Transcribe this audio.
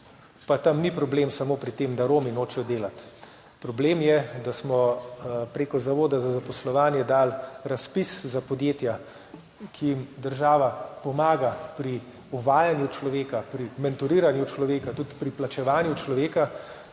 Pa tam ni problem samo pri tem, da Romi nočejo delati. Problem je, da smo prek Zavoda za zaposlovanje dali razpis za podjetja, ki jim država pomaga pri uvajanju človeka, pri mentoriranju človeka, tudi pri plačevanju človeka,